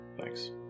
Thanks